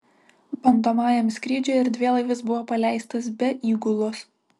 bandomajam skrydžiui erdvėlaivis buvo paleistas be įgulos